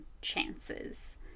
chances